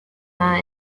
mere